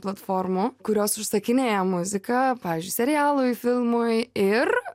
platformų kurios užsakinėja muziką pavyzdžiui serialui filmui ir